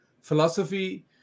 philosophy